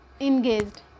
engaged